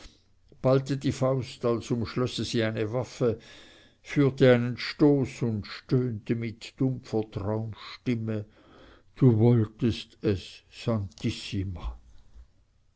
ballte die faust als umschlösse sie eine waffe führte einen stoß und stöhnte mit dumpfer traumstimme du wolltest es